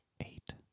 Eight